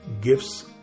gifts